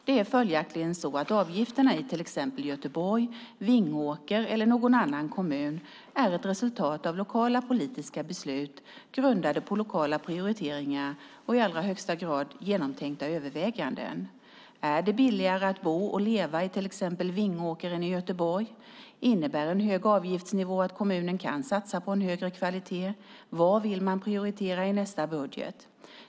Det är följaktligen så att avgifterna i till exempel Göteborg, Vingåker eller någon annan kommun är resultat av lokala politiska beslut grundade på lokala prioriteringar och i allra högsta grad genomtänkta överväganden. Är det billigare att bo och leva i till exempel Vingåker än i Göteborg? Innebär en hög avgiftsnivå att kommunen kan satsa på en högre kvalitet? Vad vill man prioritera i nästa budget?